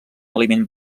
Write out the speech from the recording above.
aliment